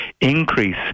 increase